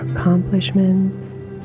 accomplishments